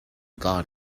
gone